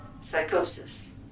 Psychosis